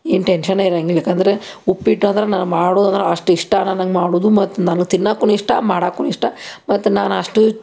ಏನೂ ಟೆನ್ಶನೇ ಇರಂಗಿಲ್ಲ ಯಾಕಂದ್ರೆ ಉಪ್ಪಿಟ್ಟು ಅಂದ್ರೆ ನಾ ಮಾಡೋದಂದ್ರೆ ಅಷ್ಟು ಇಷ್ಟ ನನಗೆ ಮಾಡುವುದು ಮತ್ತು ನನಗೆ ತಿನ್ನಕ್ಕೂನು ಇಷ್ಟ ಮಾಡಕ್ಕೂನು ಇಷ್ಟ ಮತ್ತು ನಾನು ಅಷ್ಟು